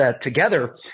together